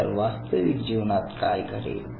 तर वास्तविक जीवनात काय घडेल